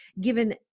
given